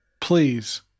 Please